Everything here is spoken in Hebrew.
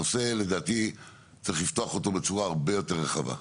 לדעתי צריך לפתוח את הנושא הזה בצורה הרבה יותר רחבה.